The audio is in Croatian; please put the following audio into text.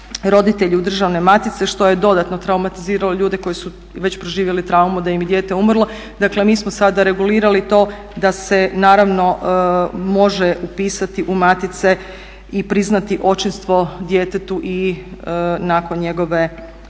roditelji u državne matice što je dodatno traumatiziralo ljude koji su već proživjeli traumu da im je dijete umrlo. Dakle mi smo sada regulirali to da se može upisati u matice i priznati očinstvo djetetu i nakon njegove dakle